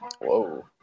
Whoa